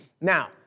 now